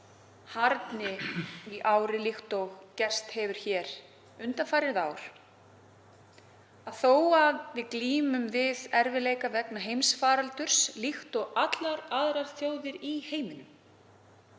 harðni í ári líkt og gerst hefur hér undanfarin ár. Jafnvel þótt við glímum við erfiðleika vegna heimsfaraldurs líkt og allar aðrar þjóðir í heiminum